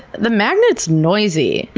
the magnet's noisy!